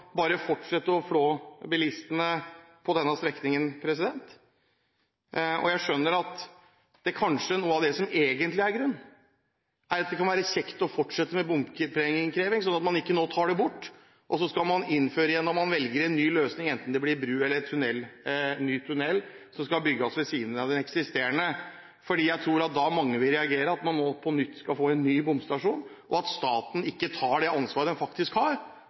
bare å fortsette å flå bilistene på denne strekningen. Jeg skjønner at noe av det som kanskje egentlig er grunnen, er at det kan være kjekt å fortsette med bompengeinnkreving, sånn at man ikke nå tar det bort og innfører det igjen når man velger en ny løsning – enten det blir bru eller ny tunnel som skal bygges ved siden av den eksisterende – for da tror jeg mange vil reagere på at man på nytt skal få en ny bomstasjon, og at staten ikke tar det ansvaret den faktisk har,